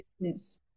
business